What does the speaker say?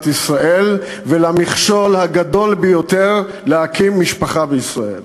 ישראל ולמכשול הגדול ביותר להקמת משפחה בישראל.